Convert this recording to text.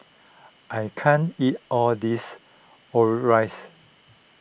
I can't eat all this Omurice